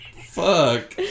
Fuck